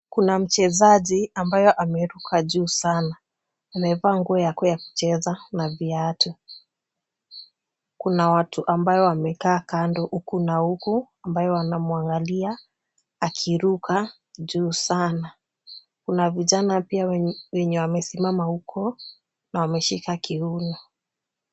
Kuna mchezaji ambaye ameruka juu sana. Amevaa nguo yake ya kucheza na viatu. Kuna watu ambao wamekaa kando huku na huku ambao wanamwangalia akiruka juu sana. Kuna vijana pia ambao wamesimama huko na wameshika kiuno.